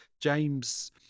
james